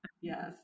Yes